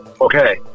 Okay